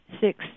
six